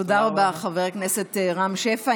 תודה רבה, חבר הכנסת רם שפע.